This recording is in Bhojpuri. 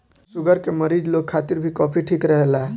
शुगर के मरीज लोग खातिर भी कॉफ़ी ठीक रहेला